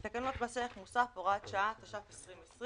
תקנות מס ערך מוסף (הוראת שעה), התש"ף-2020.